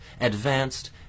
advanced